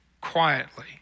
quietly